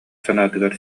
санаатыгар